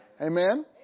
Amen